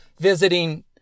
visiting